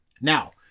Now